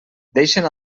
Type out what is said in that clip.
deixen